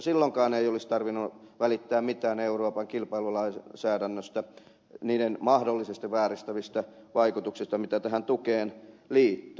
silloinkaan ei olisi tarvinnut välittää mitään euroopan kilpailulainsäädännöstä niiden mahdollisesti vääristävistä vaikutuksista mitä tähän tukeen liittyy